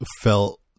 felt